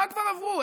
מה כבר עברו?